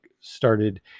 started